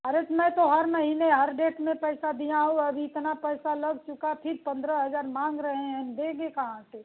अरे इसमें में तो हर महीने हर डेट में पैसा दिया हूँ अभी इतना पैसा लग चुका है फिर पंद्रह हज़ार मांग रहे हैं देंगे कहाँ से